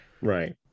right